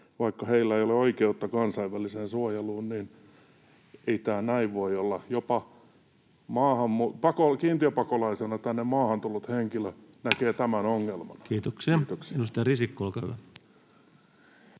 vaikka heillä ei ole oikeutta kansainväliseen suojeluun, eikä tämä näin voi olla. Jopa kiintiöpakolaisena tänne maahan tullut henkilö näkee tämän